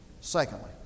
Secondly